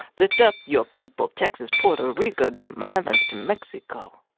lift up your people texas, puerto rico dem islands to mexico.